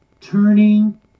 turning